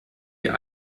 ihr